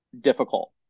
difficult